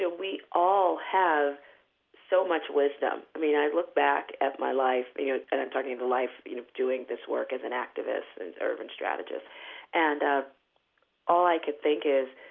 ah we all have so much wisdom i mean, i look back at my life you know and i'm talking of the life you know of doing this work as an activist and urban strategist and ah all i can think is,